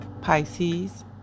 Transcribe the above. Pisces